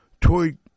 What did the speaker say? toy